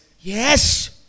Yes